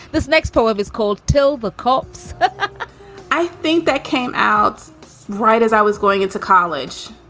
this next poem is called tell the cops i think that came out right as i was going into college.